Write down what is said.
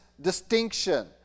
distinction